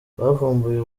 bavumbuye